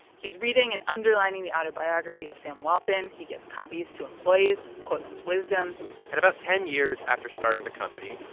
he's reading and underlining the autobiography of sam walton. he gives copies to employees, quotes his wisdom and about ten years after starting the company,